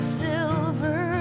silver